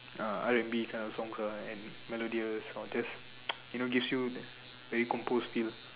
uh R&B kind of songs ah and melodious or just you know gives you a very composed feel